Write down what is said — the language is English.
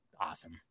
awesome